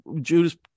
judas